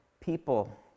people